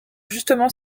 justement